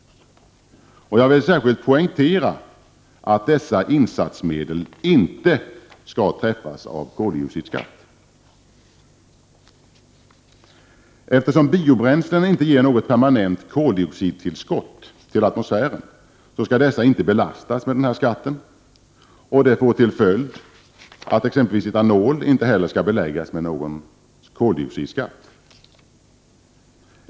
Jag vill särskilt poängtera att dessa insatsmedel skall inte träffas av koldioxidskatt. Eftersom biobränslen inte ger något permanent koldioxidtillskott till atmosfären skall dessa inte belastas med denna skatt. Det får till följd att exempelvis etanol inte skall beläggas med någon koldioxidskatt.